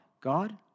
God